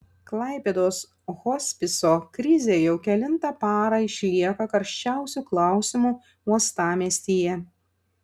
klaipėdos hospiso krizė jau kelintą parą išlieka karščiausiu klausimu uostamiestyje